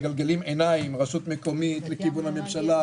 מגלגלים עיניים רשות מקומית לכיוון הממשלה,